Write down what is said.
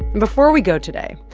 before we go today,